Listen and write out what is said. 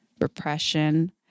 repression